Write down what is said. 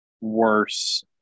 worse